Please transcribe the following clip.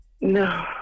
No